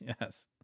yes